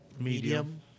medium